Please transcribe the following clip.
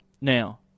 Now